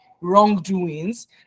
wrongdoings